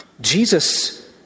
Jesus